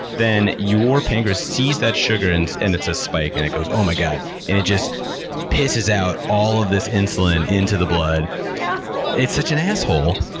then your pancreas sees that sugar, and and it's a spike, and it goes, oh my god! and it just pisses out all of this insulin into the blood. what an asshole! it's such an asshole!